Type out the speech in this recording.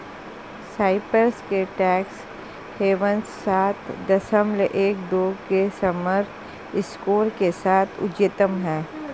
Cyprus के tax havens सात दशमलव एक दो के समग्र स्कोर के साथ उच्चतम हैं